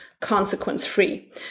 consequence-free